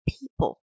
people